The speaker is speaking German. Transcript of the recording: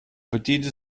bediente